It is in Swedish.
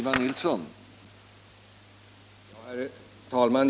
Herr talman!